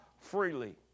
freely